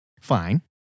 fine